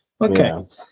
Okay